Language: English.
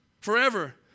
Forever